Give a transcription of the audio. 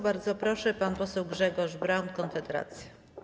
Bardzo proszę, pan poseł Grzegorz Braun, Konfederacja.